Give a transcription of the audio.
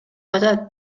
атат